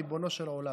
ריבונו של העולם,